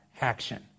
action